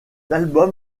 album